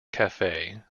cafe